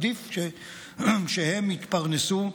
עדיף שהם יתפרנסו,